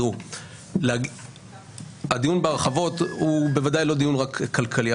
תראו הדיון בהרחבות הוא בוודאי לא דיון רק כלכלי,